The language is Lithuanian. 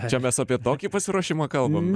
čia mes apie tokį pasiruošimą kalbam